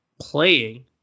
playing